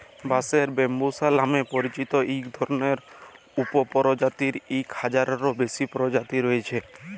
বাঁশের ব্যম্বুসা লামে পরিচিত ইক ধরলের উপপরজাতির ইক হাজারলেরও বেশি পরজাতি রঁয়েছে